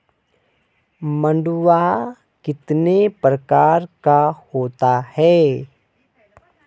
मंडुआ कितने प्रकार का होता है?